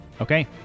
Okay